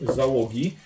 załogi